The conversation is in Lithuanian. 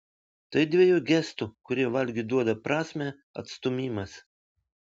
tai dvejų gestų kurie valgiui duoda prasmę atstūmimas